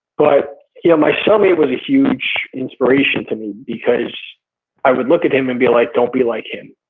but yeah my cellmate was a huge inspiration to me because i would look at him and be like don't be like him.